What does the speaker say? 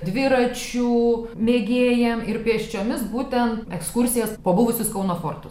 dviračių mėgėjams ir pėsčiomis būtent ekskursijas po buvusius kauno fortus